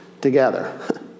together